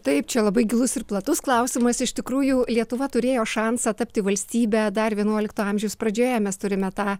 taip čia labai gilus ir platus klausimas iš tikrųjų lietuva turėjo šansą tapti valstybe dar vienuolikto amžiaus pradžioje mes turime tą